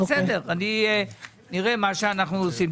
בסדר, נראה מה שאנחנו עושים.